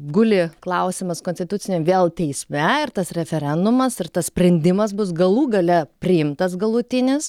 guli klausimas konstituciniam vėl teisme ir tas referendumas ir tas sprendimas bus galų gale priimtas galutinis